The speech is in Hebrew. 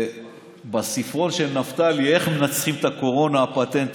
בספרון של נפתלי איך מנצחים את הקורונה הפטנט